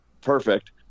perfect